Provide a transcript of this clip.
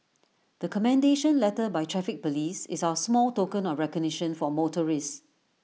the commendation letter by traffic Police is our small token of recognition for motorists